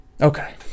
Okay